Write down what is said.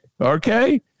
Okay